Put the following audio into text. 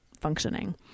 functioning